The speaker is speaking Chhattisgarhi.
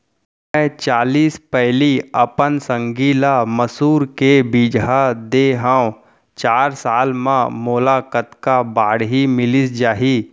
मैं चालीस पैली अपन संगी ल मसूर के बीजहा दे हव चार साल म मोला कतका बाड़ही मिलिस जाही?